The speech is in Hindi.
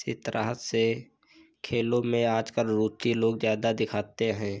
इसी तरह से खेलों में आजकल रुचि लोग ज़्यादा दिखाते हैं